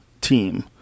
team